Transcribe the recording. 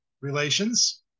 relations